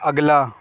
اگلا